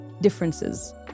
differences